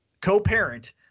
co-parent